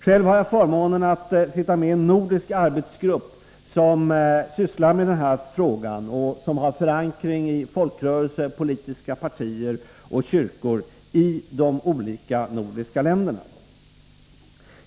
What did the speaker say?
Själv har jag förmånen att sitta med i en nordisk arbetsgrupp som sysslar med den här frågan och som har förankring i folkrörelser, politiska partier och kyrkor i de olika nordiska länderna.